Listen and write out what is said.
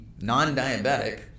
non-diabetic